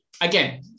again